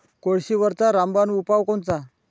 कोळशीवरचा रामबान उपाव कोनचा?